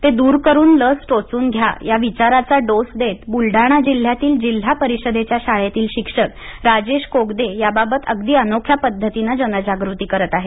ते दूर करून लस टोचून घ्या या विचाराचा डोस देत ब्लडाणा जिल्ह्यातील जिल्हा परिषदेच्या शाळेतील शिक्षक राजेश कोगदे याबाबत अगदी अनोख्या पद्धतीनं जनजागृती करत आहेत